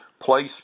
place